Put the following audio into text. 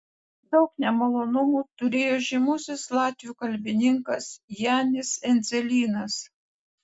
daug nemalonumų turėjo žymusis latvių kalbininkas janis endzelynas